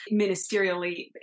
ministerially